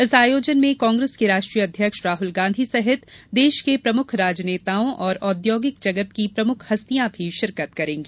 इस आयोजन में कांग्रेस के राष्ट्रीय अध्यक्ष राहल गांधी सहित देश के प्रमुख राजनेताओं और औद्योगिक जगत की प्रमुख हस्तियां भी शिरकत करेंगी